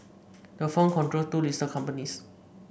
the firm controls two listed companies